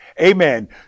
Amen